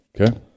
Okay